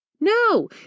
no